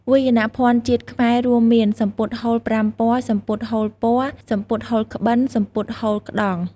វាយភណ្ឌជាតិខ្មែររួមមាន សំពត់ហូលប្រាំពណ៌ សំពត់ហូលពណ៌ សំពត់ហូលក្បិន សំពត់ហូលក្តង់។